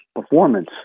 performance